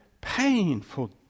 Painful